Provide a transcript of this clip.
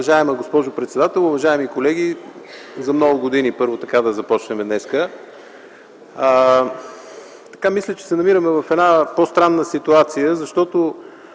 Уважаема госпожо председател, уважаеми колеги! „За много години” – нека така започнем днес. Мисля, че се намираме в по-странна ситуация, защото